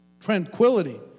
tranquility